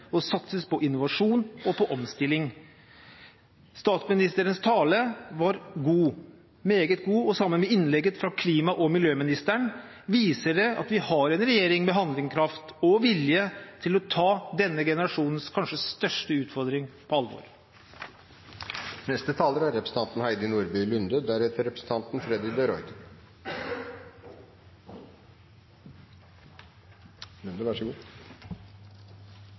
på innovasjon og omstilling. Statsministerens tale var god, meget god, og sammen med innlegget fra klima- og miljøministeren viser det at vi har en regjering med handlekraft og vilje til å ta denne generasjonens kanskje største utfordring på alvor.